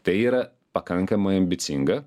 tai yra pakankamai ambicinga